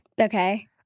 Okay